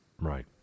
Right